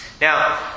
Now